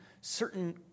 certain